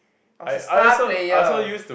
I was a star player